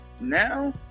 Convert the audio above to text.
Now